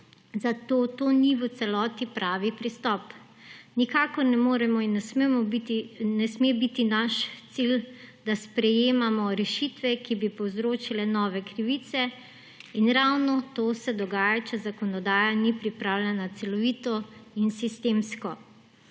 zato to ni v celoti pravi pristop. Nikakor ne moremo in ne sme biti naš cilj, da sprejemamo rešitve, ki bi povzročile nove krivice, in ravno to se dogaja, če zakonodaja ni pripravljena celovito in sistemsko.